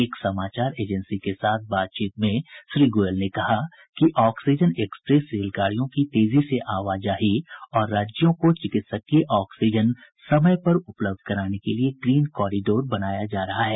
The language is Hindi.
एक समाचार एजेंसी के साथ साक्षात्कार में श्री गोयल ने कहा कि ऑक्सीजन एक्सप्रेस रेलगाड़ियों की तेजी से आवाजाही और राज्यों को चिकित्सकीय ऑक्सीजन समय पर उपलब्ध कराने के लिए ग्रीन कॉरिडोर बनाया जा रहा है